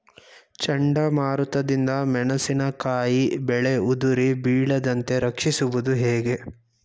ಚಂಡಮಾರುತ ದಿಂದ ಮೆಣಸಿನಕಾಯಿ ಬೆಳೆ ಉದುರಿ ಬೀಳದಂತೆ ರಕ್ಷಿಸುವುದು ಹೇಗೆ?